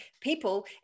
people